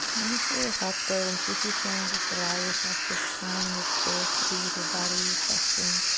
notice where your thoughts go and see if you can just allow yourself this time and this space to be with your body, trusting